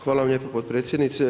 Hvala vam lijepo potpredsjednice.